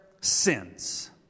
sins